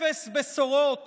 אפס בשורות